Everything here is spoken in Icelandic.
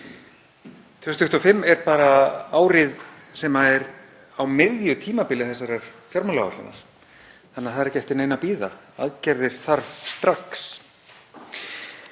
2025 er bara árið sem er á miðju tímabili þessarar fjármálaáætlunar þannig að það er ekki eftir neinu að bíða. Aðgerðir þarf strax.